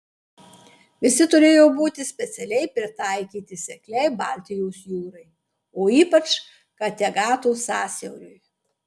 visi turėjo būti specialiai pritaikyti sekliai baltijos jūrai o ypač kategato sąsiauriui